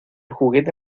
juguete